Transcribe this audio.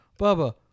Bubba